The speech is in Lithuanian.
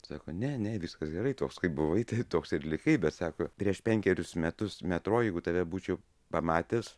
sako ne ne viskas gerai toks kaip buvai tai toks ir likai bet sako prieš penkerius metus metro jeigu tave būčiau pamatęs